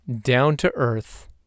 down-to-earth